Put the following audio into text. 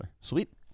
sweet